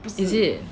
is it